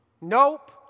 Nope